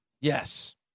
Yes